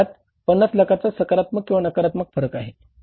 ह्यात 50 लाखाचा सकारात्मक किंवा नकारात्मक फरक आहे